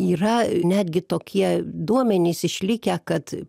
yra netgi tokie duomenys išlikę kad